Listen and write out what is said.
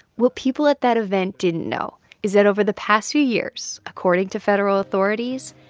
what people at that event didn't know is that over the past few years, according to federal authorities,